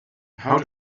how